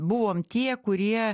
buvom tie kurie